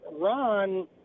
Ron